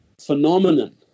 phenomenon